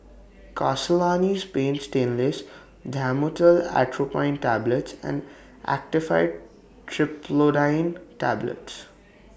Castellani's Paint Stainless Dhamotil Atropine Tablets and Actifed Triprolidine Tablets